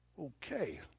Okay